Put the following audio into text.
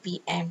P_M